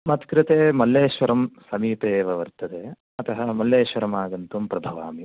मत् कृते मल्लेश्वरं समीपे एव वर्तते अतः मल्लेश्वरम् आगन्तुं प्रभवामि